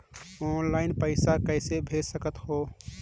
Online पइसा कइसे भेज सकत हो?